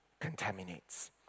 contaminates